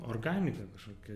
organiką kažkokią